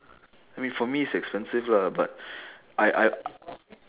I mean for me it's expensive lah but I I